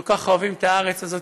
כל כך אוהבים את הארץ הזאת,